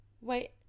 Wait